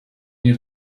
near